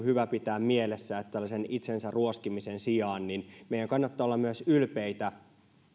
hyvä pitää mielessä että tällaisen itsensä ruoskimisen sijaan meidän kannattaa olla myös ylpeitä